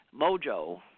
mojo